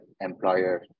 employer